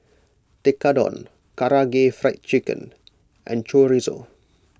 Tekkadon Karaage Fried Chicken and Chorizo